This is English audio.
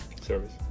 service